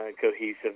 cohesive